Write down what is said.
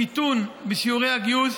קיטון בשיעורי הגיוס,